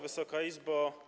Wysoka Izbo!